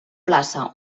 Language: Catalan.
plaça